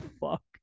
fuck